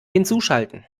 hinzuschalten